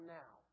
now